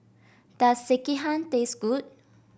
does Sekihan taste good